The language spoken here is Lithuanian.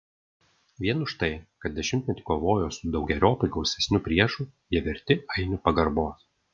vien už tai kad dešimtmetį kovojo su daugeriopai gausesniu priešu jie verti ainių pagarbos